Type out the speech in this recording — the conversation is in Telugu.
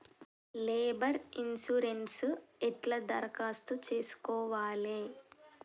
లేబర్ ఇన్సూరెన్సు ఎట్ల దరఖాస్తు చేసుకోవాలే?